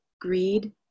greed